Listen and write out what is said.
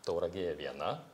tauragėje viena